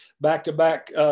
back-to-back